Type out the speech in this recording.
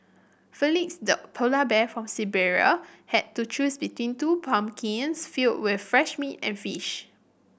Felix the polar bear from Siberia had to choose between two pumpkins filled with fresh meat and fish